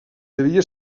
devia